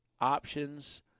Options